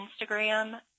Instagram